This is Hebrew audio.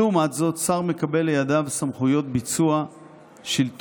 לעומת זאת, שר מקבל לידיו סמכויות ביצוע שלטוניות.